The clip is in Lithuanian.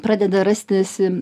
pradeda rastis